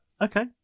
okay